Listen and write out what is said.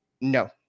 No